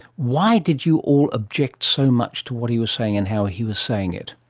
why did you all object so much to what he was saying and how he was saying it?